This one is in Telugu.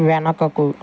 వెనకకు